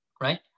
Right